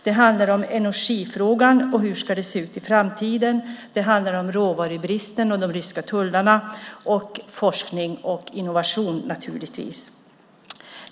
Det handlar om energifrågan och om hur det ska se ut i framtiden. Det handlar om råvarubristen och de ryska tullarna och om forskning och innovation, naturligtvis.